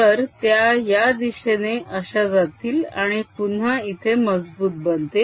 तर त्या या दिशेने अशा जातील आणि पुन्हा इथे मजबूत बनतील